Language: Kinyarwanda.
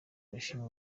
bashima